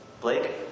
Blake